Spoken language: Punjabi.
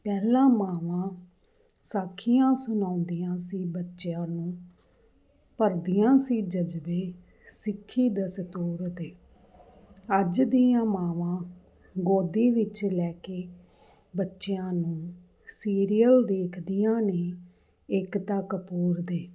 ਪਹਿਲਾ ਮਾਵਾਂ ਸਾਖੀਆਂ ਸੁਣਾਉਂਦੀਆਂ ਸੀ ਬੱਚਿਆਂ ਨੂੰ ਭਰਦੀਆਂ ਸੀ ਜਜ਼ਬੇ ਸਿੱਖੀ ਦਸਤੂਰ ਦੇ ਅੱਜ ਦੀਆਂ ਮਾਵਾਂ ਗੋਦੀ ਵਿੱਚ ਲੈ ਕੇ ਬੱਚਿਆਂ ਨੂੰ ਸੀਰੀਅਲ ਦੇਖਦੀਆਂ ਨੇ ਏਕਤਾ ਕਪੂਰ ਦੇ